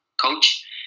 coach